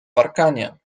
parkanie